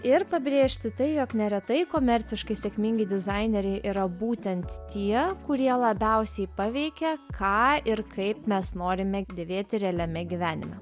ir pabrėžti tai jog neretai komerciškai sėkmingi dizaineriai yra būtent tie kurie labiausiai paveikia ką ir kaip mes norime dėvėti realiame gyvenime